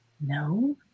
No